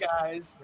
guys